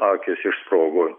akys išsprogo